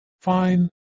fine